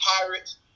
Pirates